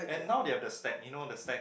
and now they have the stack you know the stack